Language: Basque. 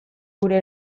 gure